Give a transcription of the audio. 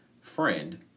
friend